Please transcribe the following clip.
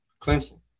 Clemson